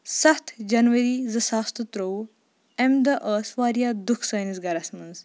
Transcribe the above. سَتھ جنؤری زٕ ساس تہٕ ترٛۆوُہ اَمہِ دۄہ ٲسۍ واریاہ دُکھ سٲنِس گرس منٛز